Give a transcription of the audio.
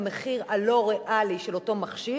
שבמחיר הלא-ריאלי של אותו מכשיר,